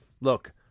look